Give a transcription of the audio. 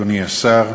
אדוני השר,